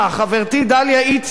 חברתי דליה איציק,